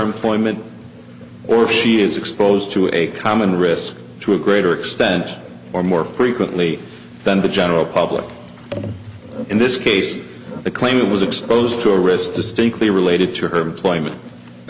point or she is exposed to a common risk to a greater extent or more frequently than the general public in this case the claimant was exposed to a wrist distinctly related to her